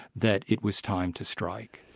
that it was time to strike.